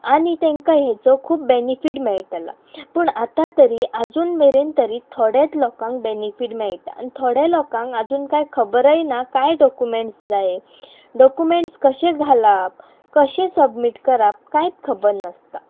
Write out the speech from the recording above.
आनी तेंकां हेचो खूब बॅनिफीट मेळटालां पूण आतां तरी आजून मेरेन तरी थोडेच लोकांक बँनिफीट मेळटा आनी थोड्या लोकांक आजून कांय खबरयनाा कांय डॉक्युमेंट्स जाय डॉक्युमेंट्स कशे घालप कशें सबमीट करप कांयत खबर नासता